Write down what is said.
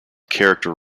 character